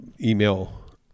email